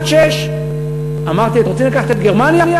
עד 18:00. אמרתי: אתם רוצים לקחת את גרמניה?